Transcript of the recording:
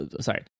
sorry